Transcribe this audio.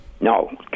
No